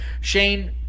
Shane